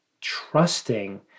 trusting